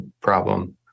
problem